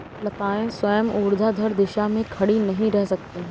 लताएं स्वयं ऊर्ध्वाधर दिशा में खड़ी नहीं रह सकती